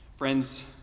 Friends